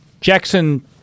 Jackson